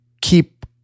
keep